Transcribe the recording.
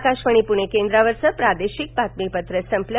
आकाशवाणी पुणे केंद्रावरचं प्रादेशिक बातमीपत्र संपलं